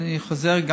ואני חוזר,